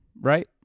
right